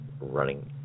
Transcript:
running